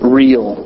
real